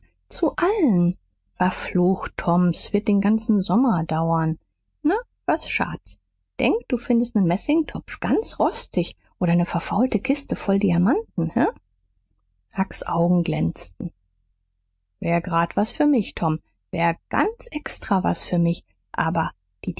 zu allen verflucht tom s wird den ganzen sommer dauern na was schad's denk du findst nen messingtopf ganz rostig oder ne verfaulte kiste voll diamanten he hucks augen glänzten wär grad was für mich tom wär ganz extra was für mich ader die